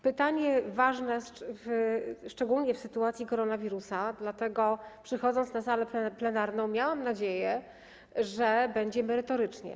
Pytanie ważne szczególnie w sytuacji epidemii koronawirusa, dlatego przychodząc na salę plenarną, miałam nadzieję, że będzie merytorycznie.